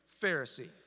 Pharisee